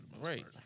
Right